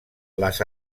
les